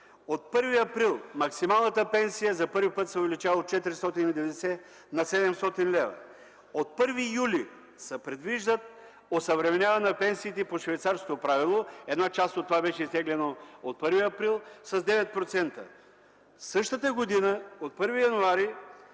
от 1 април – максималната пенсия за първи път се увеличава от 490 на 700 лв.; - от 1 юли се предвижда осъвременяване на пенсиите по Швейцарското правило – една част от това беше изтеглена от 1 април с 9%; - същата година от 1 януари